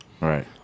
Right